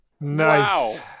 Nice